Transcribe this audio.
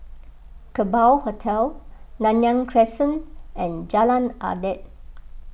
Kerbau Hotel Nanyang Crescent and Jalan Adat